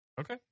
Okay